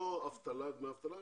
לא דמי אבטלה,